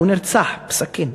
הוא נרצח בסכין.